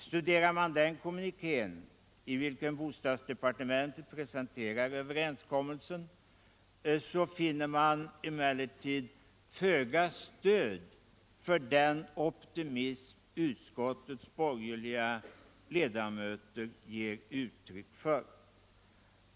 Studerar man den kommuniké, i vilken bostadsdepartementet presenterar överenskommelsen, finner man emellertid föga stöd för den optimism utskottets borgerliga ledamöter ger uttryck för.